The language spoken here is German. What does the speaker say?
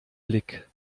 blick